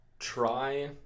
try